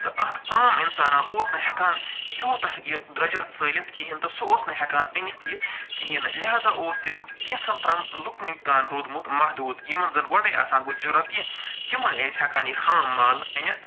تہٕ اَکھ عام اِنسانَہ اوس نہٕ ہٮ۪کان یوٗتاہ یہِ درٛوجَر ژٲلِتھ کِہیٖنۍ تہٕ سُہ اوس نہٕ ہٮ۪کان أنِتھ یہِ کِہیٖنۍ لحاظہ اوس یہِ کینٛژھَن تام لُکنٕے تام روٗدمُت محدوٗد یِمَن زَنہٕ گۄڈَے آسان گُتجہِ رۄپیہِ تِمَے ٲسۍ ہٮ۪کان یہِ خام مال أنِتھ